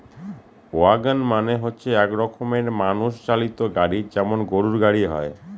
wagon মানে হচ্ছে এক রকমের মানুষ চালিত গাড়ি যেমন গরুর গাড়ি হয়